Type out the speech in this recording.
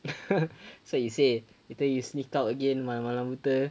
so you say later you sneak out again malam malam betul